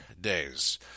days